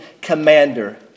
commander